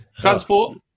transport